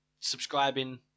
subscribing